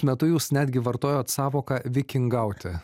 metu jūs netgi vartojot sąvoką vikingauti